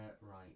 Right